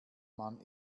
mann